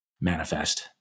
manifest